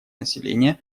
населения